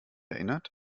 erinnert